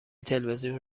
تلویزیون